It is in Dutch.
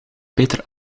beter